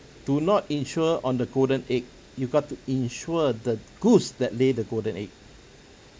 do not insure on the golden egg you've got to insure the goose that lay the golden egg